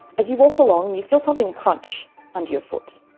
as you walk along and you feel something crunch under your foot.